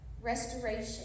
restoration